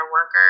worker